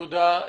תודה.